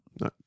no